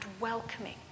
welcoming